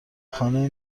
خانه